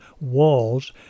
walls